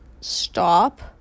stop